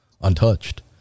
untouched